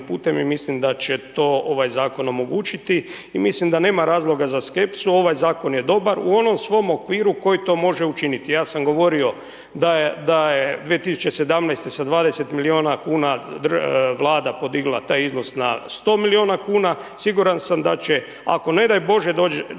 putem i mislim da će to ovaj Zakon omogućiti i mislim da nema razloga za skepsu, ovaj Zakon je dobar u onom svom okviru koji to može učiniti. Ja sam govorio da je 2017.-te sa 20 milijuna kuna Vlada podigla taj iznos na 100 milijuna kuna, siguran sam da će, ako ne daj Bože dođe